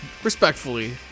Respectfully